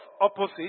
opposite